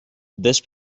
this